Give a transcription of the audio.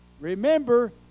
Remember